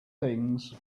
things